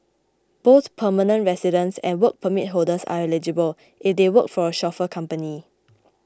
both permanent residents and Work Permit holders are eligible if they work for a chauffeur company